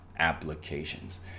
applications